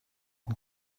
and